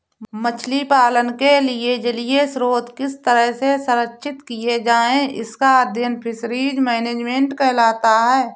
मछली पालन के लिए जलीय स्रोत किस तरह से संरक्षित किए जाएं इसका अध्ययन फिशरीज मैनेजमेंट कहलाता है